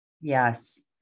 Yes